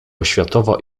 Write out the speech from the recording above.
oświatowa